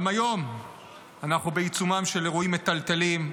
גם היום אנחנו בעיצומם של אירועים מטלטלים,